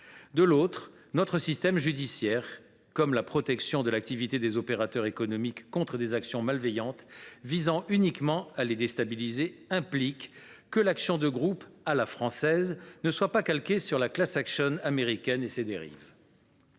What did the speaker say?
de l’autre, notre système judiciaire, auquel incombe la protection de l’activité des opérateurs économiques contre d’éventuelles actions malveillantes visant uniquement à les déstabiliser, nécessite que l’action de groupe « à la française » ne soit pas calquée sur la américaine et sur ses dérives.